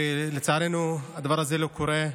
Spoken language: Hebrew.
לצערנו הדבר הזה לא קורה.